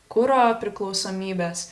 kuro priklausomybės